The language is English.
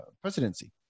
presidency